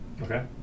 Okay